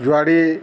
ଜୁଆଡ଼ି